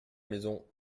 maison